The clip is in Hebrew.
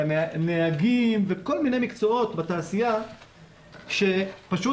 נהגים וכל מיני מקצועות בתעשייה שפשוט